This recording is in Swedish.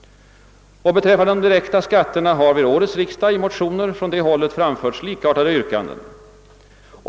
Beträffande de direkta skatterna har vid årets riksdag i motioner från det hållet framförts likartade yrkanden.